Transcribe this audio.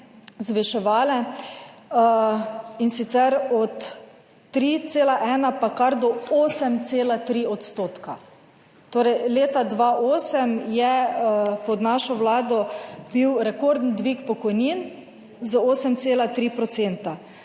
zviševale in sicer od 3,1 pa kar do 8,3 odstotka. Torej leta 2008 je pod našo vlado bil rekorden dvig pokojnin za 8,3